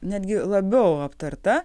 netgi labiau aptarta